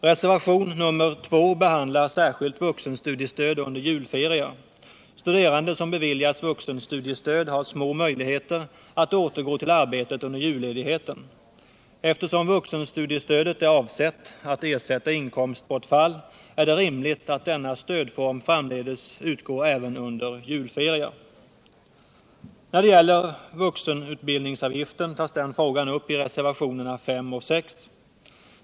Reservationen 2 behandlar särskilt vuxenstudiestöd under julferier. Studerande som beviljas vuxenstudiestöd har små möjligheter att återgå till arbetet under julledigheten. Eftersom vuxenstudiestödet är avsett att ersätta inkomstbortfall, är det rimligt att denna stödform framdeles utgår även under julferier. När det gäller vuxenutbildningsavgiften tas den frågan upp i reservationerna 5 och 6.